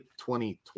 2020